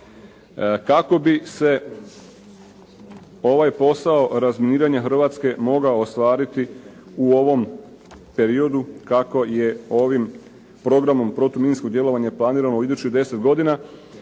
Kako bi se ovaj posao razminiranja Hrvatske mogao ostvariti u ovom periodu kako je ovim programom protuminsko djelovanje planirano u idućih 10 godina,